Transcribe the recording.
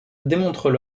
démontrent